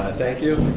ah thank you.